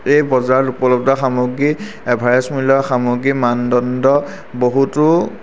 এই বজাৰত উপলব্ধ সামগ্ৰী এভাৰেষ্ট মূল্যৰ সামগ্ৰীৰ মানদণ্ড বহুতো